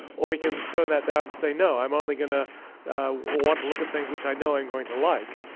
or we can turn that down to say no, i'm only going to want to look at things which i know i'm going to like.